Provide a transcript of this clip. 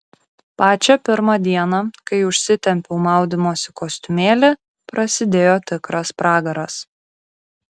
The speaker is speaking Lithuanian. pačią pirmą dieną kai užsitempiau maudymosi kostiumėlį prasidėjo tikras pragaras